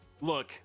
Look